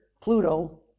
Pluto